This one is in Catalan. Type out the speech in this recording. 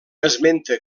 esmenta